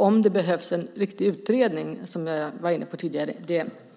Om det behövs en riktig utredning, som jag var inne på tidigare,